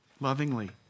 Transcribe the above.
lovingly